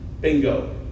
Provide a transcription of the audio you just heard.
Bingo